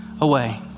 away